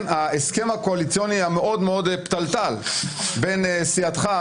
ההסכם הקואליציוני המאוד מאוד פתלתל בין סיעתך,